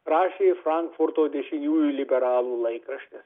rašė frankfurto dešiniųjų liberalų laikraštis